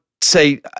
say